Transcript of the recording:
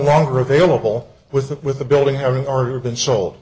longer available with that with the building having already been sold